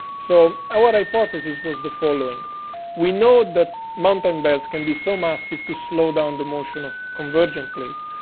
so our hypothesis was the following we know that mountain belts can be so massive to slow down the motion of convergence plates.